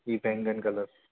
हीअ बैंगन कलर